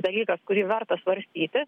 dalykas kurį verta svarstyti